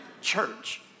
church